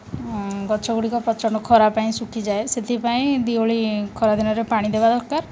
ଗଛଗୁଡ଼ିକ ପ୍ରଚଣ୍ଡ ଖରା ପାଇଁ ଶୁଖିଯାଏ ସେଥିପାଇଁ ଦୁଇ ଓଳି ଖରା ଦିନରେ ପାଣି ଦେବା ଦରକାର